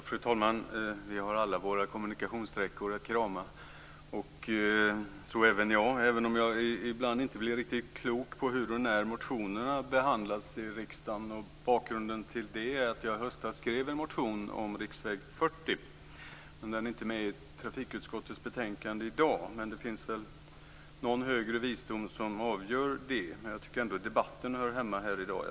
Fru talman! Vi har alla våra kommunikationssträckor att krama, så även jag, även om jag ibland inte blir riktigt klok på hur och när motionerna behandlas i riksdagen. Bakgrunden till det är att jag i höstas skrev en motion om riksväg 40, men den är inte med i trafikutskottets betänkande som vi behandlar i dag. Men det finns väl någon högre visdom som avgör det. Men jag tycker ändå att debatten hör hemma här i dag.